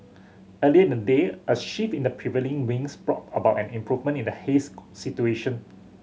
earlier in the day a shift in the prevailing winds brought about an improvement in the haze situation